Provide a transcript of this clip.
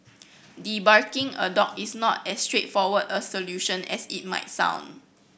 debarking a dog is not as straightforward a solution as it might sound